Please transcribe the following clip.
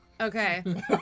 Okay